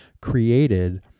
created